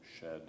shed